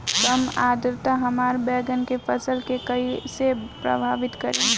कम आद्रता हमार बैगन के फसल के कइसे प्रभावित करी?